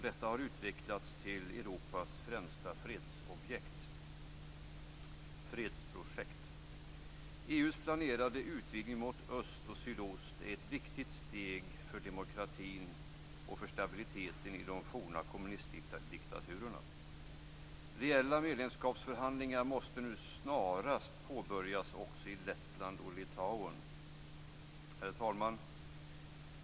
Detta har utvecklats till Europas främsta fredsprojekt. EU:s planerade utvidgning mot öst och sydost är ett viktigt steg för demokratin och stabiliteten i de forna kommunistdiktaturerna. Reella medlemskapsförhandlingar måste nu snarast påbörjas också med Herr talman!